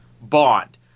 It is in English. Bond